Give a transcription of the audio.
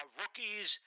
rookies